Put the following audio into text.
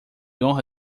honra